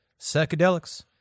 psychedelics